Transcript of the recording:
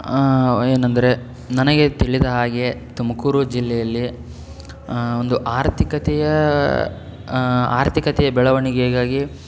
ಏನಂದರೆ ನನಗೆ ತಿಳಿದ ಹಾಗೆ ತುಮಕೂರು ಜಿಲ್ಲೆಯಲ್ಲಿ ಒಂದು ಆರ್ಥಿಕತೆಯ ಆರ್ಥಿಕತೆಯ ಬೆಳವಣಿಗೆಗಾಗಿ